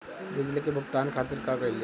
बिजली के भुगतान खातिर का कइल जाइ?